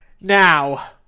Now